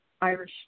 Irish